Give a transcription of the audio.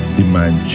demand